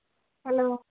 hello